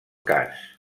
cas